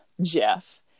Jeff